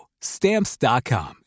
Stamps.com